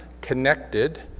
connected